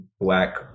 black